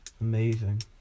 Amazing